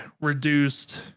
reduced